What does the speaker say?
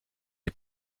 est